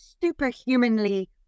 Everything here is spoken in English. superhumanly